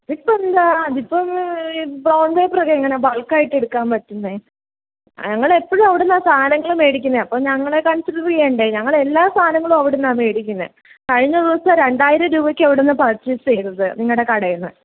അതിപ്പെന്താ അതിപ്പം ഈ ബ്രൗൺ പേപ്പറൊക്കെ എങ്ങനെയാണ് ബൾക്കായിട്ടെടുക്കാൻ പറ്റുന്നത് ഞങ്ങളെപ്പഴും അവിടുന്നാണ് സാധനങ്ങൾ മേടിക്കുന്നത് അപ്പം ഞങ്ങളെ കൺസിഡർ ചെയ്യണ്ടേ ഞങ്ങളെല്ലാ സാധനങ്ങളും അവിടുന്നാണ് മേടിക്കുന്നത് കഴിഞ്ഞ ദിവസം രണ്ടായിരം രൂപയ്ക്ക് അവിടുന്ന് പർച്ചേസ് ചെയ്തത് നിങ്ങളുടെ കടേന്ന്